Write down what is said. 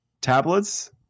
Tablets